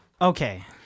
Okay